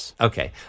Okay